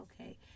Okay